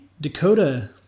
Dakota